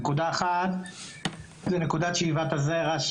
נקודה אחת זה נקודת שאיבת הזרע,